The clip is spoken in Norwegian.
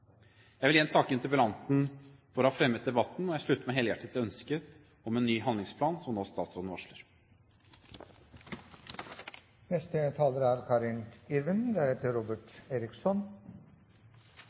Jeg vil igjen takke interpellanten for å ha fremmet debatten, og jeg slutter meg helhjertet til ønsket om en ny handlingsplan, som statsråden nå varsler. Jeg vil takke interpellanten og statsråden